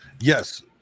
Yes